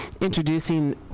introducing